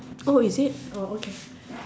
is it okay